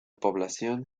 población